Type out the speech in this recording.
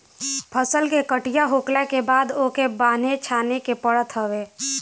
फसल के कटिया होखला के बाद ओके बान्हे छाने के पड़त हवे